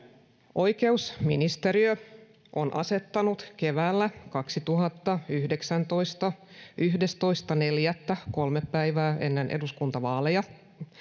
oikeusministeriö on asettanut keväällä kaksituhattayhdeksäntoista yhdestoista neljättä kolme päivää ennen eduskuntavaaleja